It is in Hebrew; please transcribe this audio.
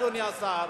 אדוני השר,